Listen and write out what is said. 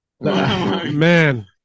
Man